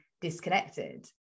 disconnected